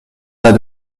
tas